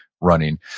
running